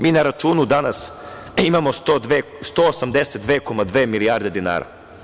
Mi na računu danas imamo 182,2 milijarde dinara.